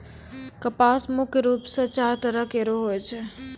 कपास मुख्य रूप सें चार तरह केरो होय छै